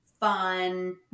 fun